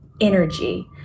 energy